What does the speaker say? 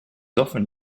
often